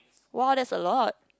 !wah! there's a lot